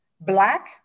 black